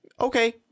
okay